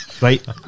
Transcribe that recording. right